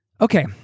Okay